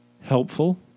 helpful